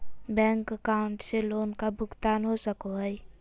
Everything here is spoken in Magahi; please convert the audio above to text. बैंक अकाउंट से लोन का भुगतान हो सको हई?